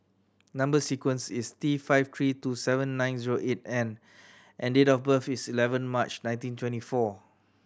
number sequence is T five three two seven nine zero eight N and date of birth is eleven March nineteen twenty four